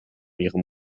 ihrem